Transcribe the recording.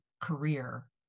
career